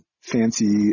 fancy